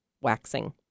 waxing